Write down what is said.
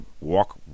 walk